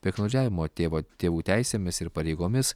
piktnaudžiavimo tėvo tėvų teisėmis ir pareigomis